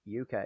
UK